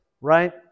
right